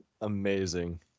Amazing